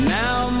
now